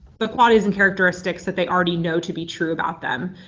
the qualities and characteristics that they already know to be true about them.